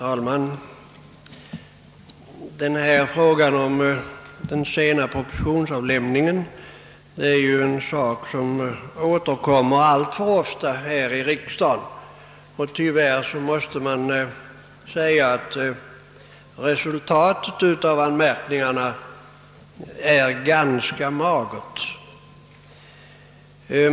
Herr talman! Frågan om den sena propositionsavlämningen är en sak som återkommer alltför ofta här i riksdagen, och tyvärr måste man säga att resultatet av anmärkningarna är ganska magert.